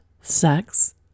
sex